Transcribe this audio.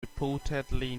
reportedly